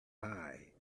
hide